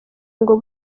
ngo